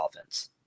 offense